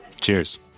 Cheers